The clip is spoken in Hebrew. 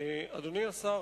אדוני השר,